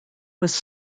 was